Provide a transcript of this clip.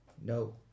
No